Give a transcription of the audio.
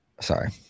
Sorry